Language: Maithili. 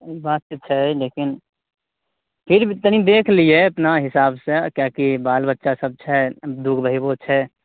ओ बात तऽ छै लेकिन फिर तनी देख लियै अपना हिसाब से किएकि बाल बच्चा सब छै दू गो भइबो छै